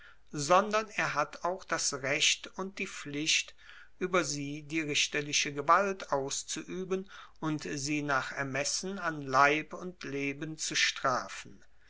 sondern er hat auch das recht und die pflicht ueber sie die richterliche gewalt auszuueben und sie nach ermessen an leib und leben zu strafen